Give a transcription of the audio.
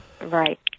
Right